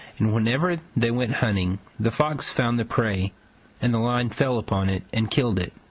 and whenever they went hunting the fox found the prey and the lion fell upon it and killed it,